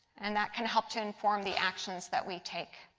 and that can help to inform the actions that we take.